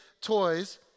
toys